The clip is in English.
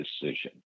decision